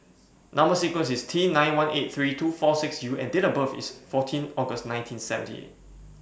Number sequence IS T nine one eight three two four six U and Date of birth IS fourteen August nineteen seventy eight